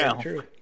true